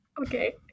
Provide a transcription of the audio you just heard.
Okay